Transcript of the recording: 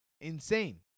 Insane